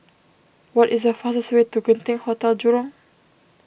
what is the fastest way to Genting Hotel Jurong